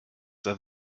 that